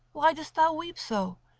why dost thou weep so?